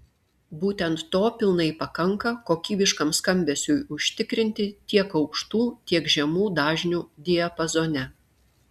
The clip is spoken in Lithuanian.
būtent to pilnai pakanka kokybiškam skambesiui užtikrinti tiek aukštų tiek žemų dažnių diapazone